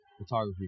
photography